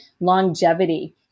longevity